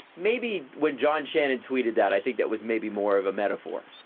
maybe when john shannon tweeted that, i think that was maybe more of a metaphor.